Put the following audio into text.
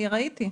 ראיתי.